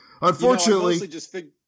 unfortunately